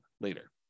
later